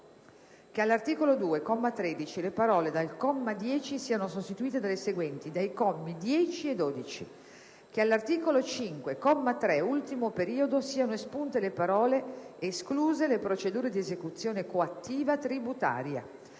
che all'articolo 2, comma 13, le parole «dal comma 10» siano sostituite dalle seguenti: «dai commi 10 e 12»; - che all'articolo 5, comma 3, ultimo periodo, siano espunte le parole: «escluse le procedure di esecuzione coattiva tributaria»;